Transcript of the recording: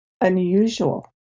unusual